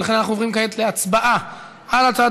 ולכן אנחנו עוברים כעת להצבעה על הצעת